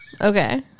Okay